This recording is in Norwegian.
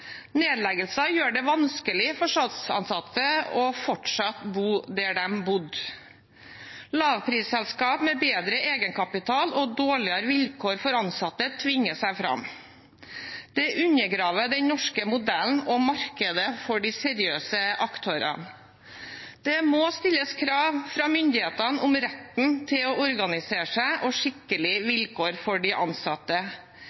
gjør det vanskelig for SAS-ansatte å fortsette å bo der de bor. Lavprisselskaper med bedre egenkapital og dårligere vilkår for ansatte tvinger seg fram. Det undergraver den norske modellen og markedet for de seriøse aktørene. Det må stilles krav fra myndighetene om retten til å organisere seg og skikkelige